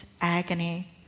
agony